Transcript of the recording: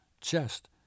chest